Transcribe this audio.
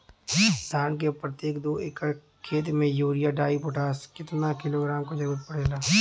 धान के प्रत्येक दो एकड़ खेत मे यूरिया डाईपोटाष कितना किलोग्राम क जरूरत पड़ेला?